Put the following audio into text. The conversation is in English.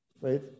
Right